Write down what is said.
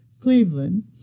Cleveland